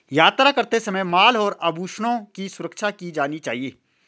यात्रा करते समय माल और आभूषणों की सुरक्षा की जानी चाहिए